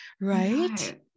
Right